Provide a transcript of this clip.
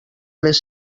les